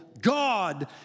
God